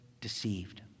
deceived